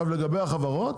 לגבי החברות